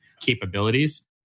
capabilities